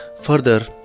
Further